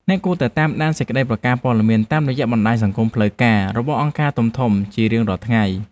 អ្នកគួរតែតាមដានសេចក្តីប្រកាសព័ត៌មានតាមរយៈបណ្តាញសង្គមផ្លូវការរបស់អង្គការធំៗជារៀងរាល់ថ្ងៃ។